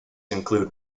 include